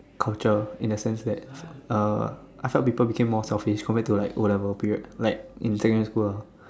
culture in the sense that uh I felt people became more selfish compared to like o-level period like in secondary school ah